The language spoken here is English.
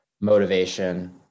motivation